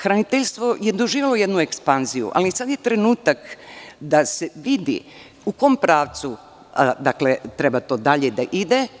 Hraniteljstvo je doživelo jednu ekspanziju, ali sad je trenutak da se vidi u kom pravcu treba to dalje da ide.